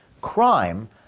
crime